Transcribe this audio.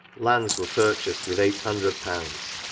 lands were pur chased with eight hundred pounds.